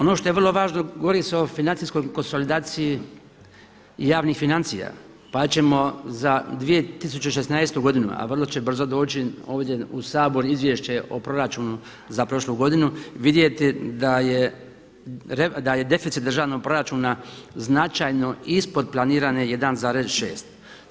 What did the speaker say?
Ono što je vrlo važno govori se o financijskoj konsolidaciji javnih financija, pa ćemo za 2016. godinu, a vrlo će brzo doći ovdje u Sabor izvješće o proračunu za prošlu godinu, vidjeti da je deficit državnog proračuna značajni ispod planirane 1,6.